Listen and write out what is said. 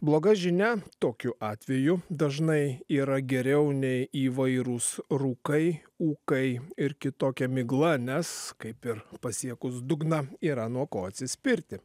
bloga žinia tokiu atveju dažnai yra geriau nei įvairūs rūkai ūkai ir kitokia migla nes kaip ir pasiekus dugną yra nuo ko atsispirti